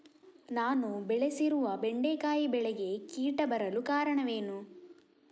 ನಾನು ಬೆಳೆಸಿರುವ ಬೆಂಡೆಕಾಯಿ ಬೆಳೆಗೆ ಕೀಟ ಬರಲು ಕಾರಣವೇನು?